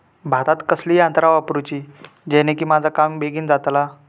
भातात कसली यांत्रा वापरुची जेनेकी माझा काम बेगीन जातला?